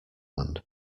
land